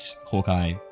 Hawkeye